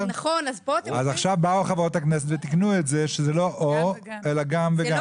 עכשיו באו חברות הכנסת ותיקנו את זה כך שזה לא או זה או זה אלא גם וגם.